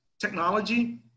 technology